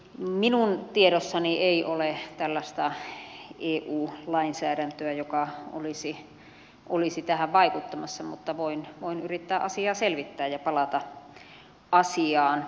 minun tiedossani ei ole tällaista eu lainsäädäntöä joka olisi tähän vaikuttamassa mutta voin yrittää asiaa selvittää ja palata asiaan